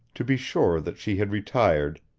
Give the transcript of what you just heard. to be sure that she had retired,